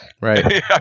Right